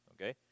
okay